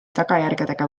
tagajärgedega